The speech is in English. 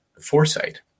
foresight